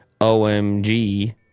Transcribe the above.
OMG